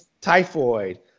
typhoid